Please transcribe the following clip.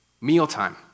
mealtime